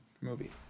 movie